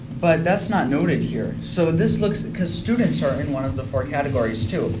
but that's not noted here. so this looks, because students are in one of the four categories, too.